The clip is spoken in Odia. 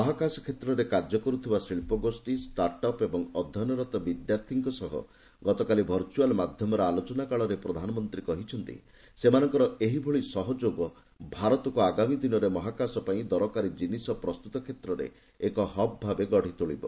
ମହାକାଶ କ୍ଷେତ୍ରରେ କାର୍ଯ୍ୟ କର୍ତ୍ତବା ଶିଳ୍ପଗୋଷ୍ଠୀ ଷ୍ଟାର୍ଟଅପ୍ ଏବଂ ଅଧ୍ୟୟନରତ ବିଦ୍ୟାର୍ଥୀଙ୍କ ସହ ଗତକାଲି ଭର୍ଚ୍ଚଆଲ ମାଧ୍ୟମରେ ଆଲୋଚନା କାଳରେ ପ୍ରଧାନମନ୍ତ୍ରୀ କହିଛନ୍ତି ସେମାନଙ୍କର ଏହିଭଳି ସହଯୋଗ ଭାରତକ୍ର ଆଗାମୀ ଦିନରେ ମହାକାଶ ପାଇଁ ଦରକାରୀ ଜିନିଷ ପ୍ରସ୍ତୁତ କ୍ଷେତ୍ରରେ ଏକ ହବ୍ ଭାବେ ଗଢିତୋଳିବ